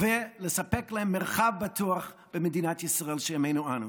ולספק להן מרחב בטוח במדינת ישראל של ימינו אנו.